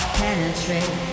penetrate